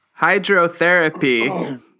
hydrotherapy